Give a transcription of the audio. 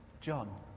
John